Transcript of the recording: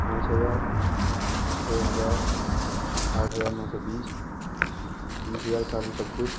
پانچ ہزار چھ ہزار آٹھ ہزار نو سو بیس بیس ہزار چار سو چھبیس